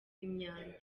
imyanda